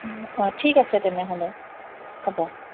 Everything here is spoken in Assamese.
অঁ ঠিক আছে তেনেহ'লে হ'ব